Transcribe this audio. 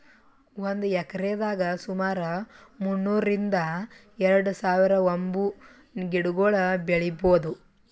ಒಂದ್ ಎಕ್ರೆದಾಗ್ ಸುಮಾರ್ ಮುನ್ನೂರ್ರಿಂದ್ ಎರಡ ಸಾವಿರ್ ಬಂಬೂ ಗಿಡಗೊಳ್ ಬೆಳೀಭೌದು